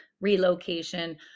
relocation